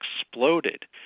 exploded